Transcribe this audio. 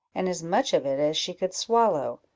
and as much of it as she could swallow.